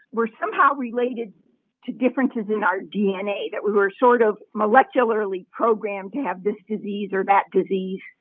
were somehow related to differences in our dna, that we were sort of molecularly programmed to have this disease or that disease.